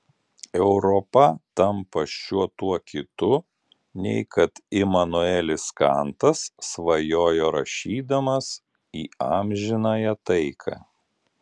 europa tampa šiuo tuo kitu nei kad imanuelis kantas svajojo rašydamas į amžinąją taiką